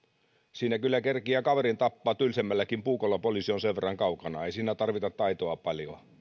siinä kyllä kerkiää kaverin tappaa tylsemmälläkin puukolla poliisi on sen verran kaukana ei siinä tarvita taitoa paljoa